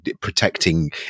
protecting